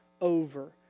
over